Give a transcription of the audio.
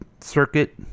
circuit